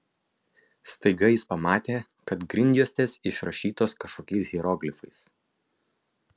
staiga jis pamatė kad grindjuostės išrašytos kažkokiais hieroglifais